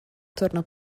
torna